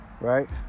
Right